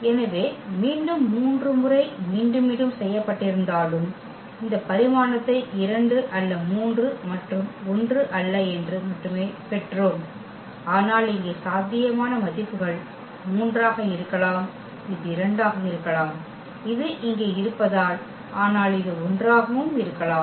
எனவே மீண்டும் 3 முறை மீண்டும் மீண்டும் செய்யப்பட்டிருந்தாலும் இந்த பரிமாணத்தை 2 அல்ல 3 மற்றும் 1 அல்ல என்று மட்டுமே பெற்றோம் ஆனால் இங்கே சாத்தியமான மதிப்புகள் 3 ஆக இருக்கலாம் இது 2 ஆக இருக்கலாம் இது இங்கே இருப்பதால் ஆனால் இது 1 ஆகவும் இருக்கலாம்